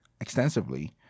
extensively